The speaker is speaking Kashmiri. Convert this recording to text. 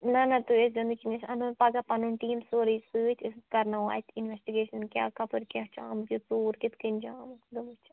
نہٕ نہٕ تُہۍ أژۍزیٚو نہٕ کِہیٖنۍ أسۍ انَو پگاہ پَنُن ٹیٖم سورُے سۭتۍ أسۍ کرناوَو اَتہِ اِنوٮ۪ٹِگیٚشَن کیاہ کٔپٲرۍ کیاہ چھُ آمُت یہِ ژوٗر کِتھ کَنۍ چھُ آمُت بہٕ وٕچھ